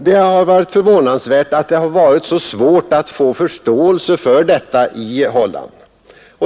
Det har varit förvånansvärt svårt att få förståelse för detta i Holland.